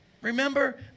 Remember